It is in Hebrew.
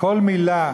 וכל מילה